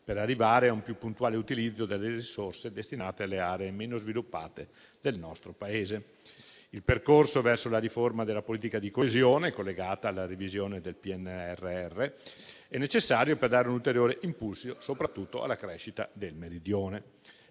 per arrivare a un più puntuale utilizzo delle risorse destinate alle aree meno sviluppate del nostro Paese. Il percorso verso la riforma della politica di coesione collegata alla revisione del PNRR è necessario per dare un ulteriore impulso soprattutto alla crescita del Meridione.